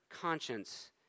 conscience